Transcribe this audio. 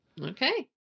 okay